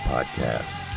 Podcast